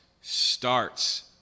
starts